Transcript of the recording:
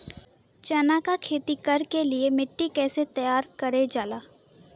चना की खेती कर के लिए मिट्टी कैसे तैयार करें जाला?